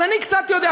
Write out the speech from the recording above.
אז אני קצת יודע,